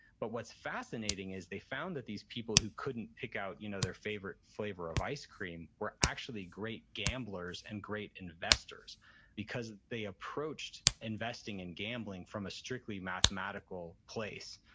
but what's fascinating is they found that these people who couldn't pick out you know their favorite flavor of ice cream were actually great gamblers and great investors because they approached investing and gambling from a strictly mathematical place.